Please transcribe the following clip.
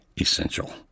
essential